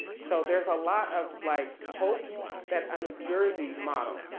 so there's a lot of like hope that a new jersey model,